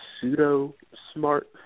pseudo-smart